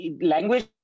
Language